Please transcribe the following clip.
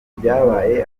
byabaye